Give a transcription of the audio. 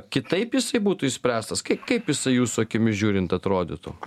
kitaip jisai būtų išspręstas kaip kaip jisai jūsų akimis žiūrint atrodytų